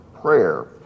prayer